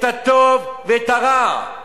את הטוב ואת הרע,